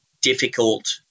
difficult –